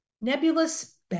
nebulous